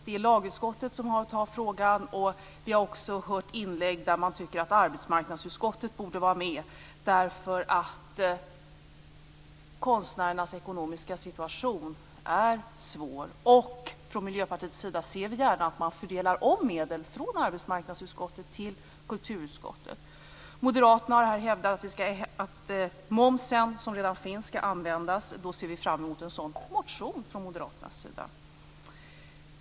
Det är lagutskottet som tar frågan, och vi har också hört inlägg vari man tyckte att arbetsmarknadsutskottet borde vara med därför att konstnärernas ekonomiska situation är svår. Från Miljöpartiets sida ser vi gärna att man fördelar om medel från arbetsmarknadsutskottet till kulturutskottet. Moderaterna har hävdat att momsen, som redan finns, skall användas. Då ser vi fram emot en sådan motion från moderaternas sida.